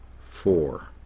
four